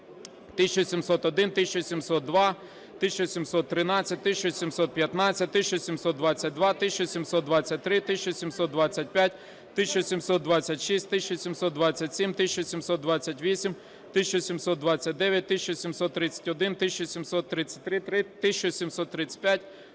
1701, 1702, 1713, 1715, 1722, 1723, 1725, 1726, 1727, 1728, 1729, 1731, 1733, 1735, 1736,